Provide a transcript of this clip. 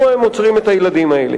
עונה.